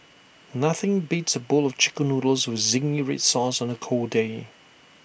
nothing beats A bowl of Chicken Noodles with Zingy Red Sauce on A cold day